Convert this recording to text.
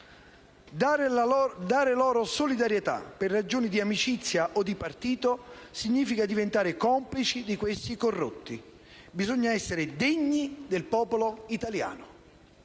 Dare loro solidarietà per ragioni di amicizia o di partito significa diventare complici di questi corrotti. Bisogna essere degni del popolo italiano.